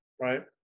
right